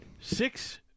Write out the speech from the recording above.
Six